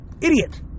idiot